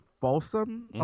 Folsom